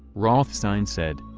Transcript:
rothstein said.